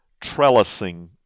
trellising